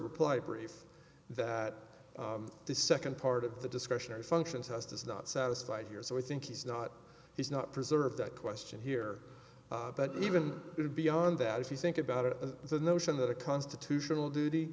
reply brief that the second part of the discretionary function test is not satisfied here so i think he's not he's not preserved that question here but even beyond that if you think about it the notion that a constitutional duty